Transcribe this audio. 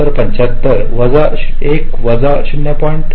7575 वजा 1 वजा 0